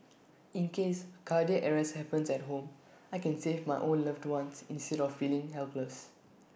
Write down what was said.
in case cardiac arrest happens at home I can save my own loved ones instead of feeling helpless